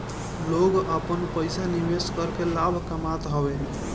लोग आपन पईसा निवेश करके लाभ कामत हवे